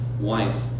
wife